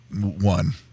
one